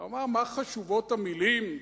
ואמר: מה חשובות המלים?